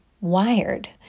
wired